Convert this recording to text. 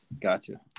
Gotcha